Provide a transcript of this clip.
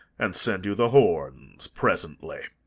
and send you the horns presently.